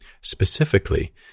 Specifically